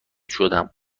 شدم